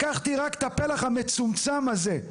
לקחתי רק את הפלח המצומצם הזה.